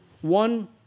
one